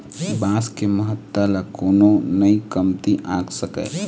बांस के महत्ता ल कोनो नइ कमती आंक सकय